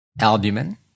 Albumin